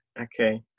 Okay